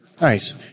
Nice